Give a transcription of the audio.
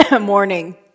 morning